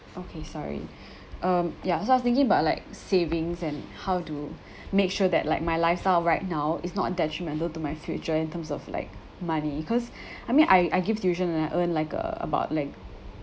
okay sorry ah ya so I was thinking about like savings and how to make sure that like my lifestyle right now it's not detrimental to my future in terms of like money cause I mean I I give tuition or earn like uh about like